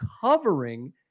covering